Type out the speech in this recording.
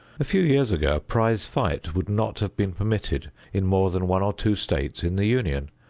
a few years ago a prize fight would not have been permitted in more than one or two states in the union.